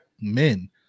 men